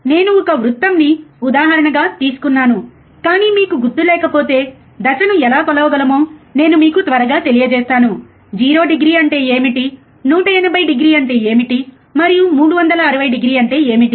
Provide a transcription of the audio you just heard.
నేను ఒక వృత్తంని ఉదాహరణ గా తీసుకున్నాను కానీ మీకు గుర్తులేకపోతే దశను ఎలా కొలవగలమో నేను మీకు త్వరగా తెలియజేస్తాను 0డిగ్రీ అంటే ఏమిటి 180డిగ్రీ అంటే ఏమిటి మరియు 360డిగ్రీ అంటే ఏమిటి